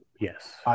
Yes